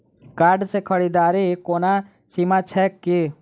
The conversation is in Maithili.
कार्ड सँ खरीददारीक कोनो सीमा छैक की?